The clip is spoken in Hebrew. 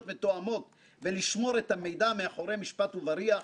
מתואמות ולשמור את המידע מאחורי "משפט ובריח",